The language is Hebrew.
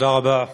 תודה רבה.